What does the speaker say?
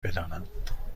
بدانم